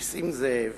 נסים זאב